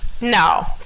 No